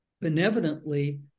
benevolently